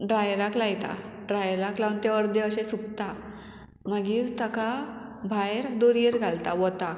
ड्रायराक लायता ड्रायराक लावन ते अर्दे अशे सुकता मागीर ताका भायर दोरयेर घालता वताक